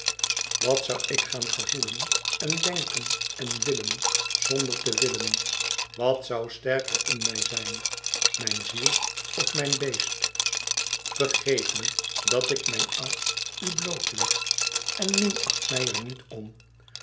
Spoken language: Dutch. wat zoû ik gaan gevoelen en denken en willen zonder te willen wat zoû sterker in mij zijn mijn ziel of mijn beest vergeef me dat ik mijn angst u bloot leg en minacht mij er niet om